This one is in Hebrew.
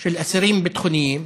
של אסירים ביטחוניים